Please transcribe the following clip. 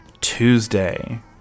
tuesday